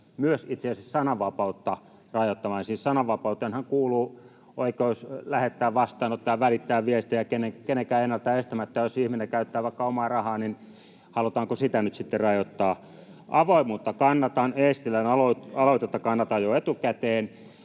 myös itse asiassa sananvapautta rajoittamaan. Siis sananvapauteenhan kuuluu oikeus lähettää, vastaanottaa ja välittää viestejä kenenkään ennalta estämättä, ja jos ihminen käyttää vaikka omaa rahaa, niin halutaanko sitä nyt sitten rajoittaa? Avoimuutta kannatan, Eestilän aloitetta kannatan jo etukäteen.